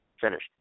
finished